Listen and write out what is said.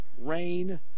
rain